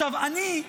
אני,